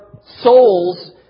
souls